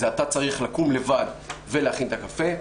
אתה צריך לקום לבד ולהכין את הקפה.